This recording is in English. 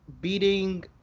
beating